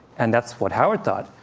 and that's what howard thought.